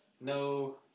no